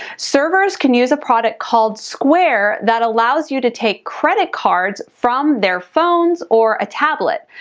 servers can use a product called square that allows you to take credit cards from their phones or a tablet.